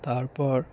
তারপর